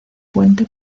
puente